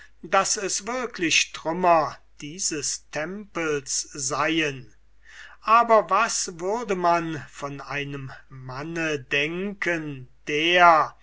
daß es wirklich trümmer dieses tempels seien aber was würde man von einem manne denken der